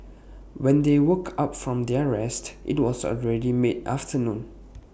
when they woke up from their rest IT was already mid afternoon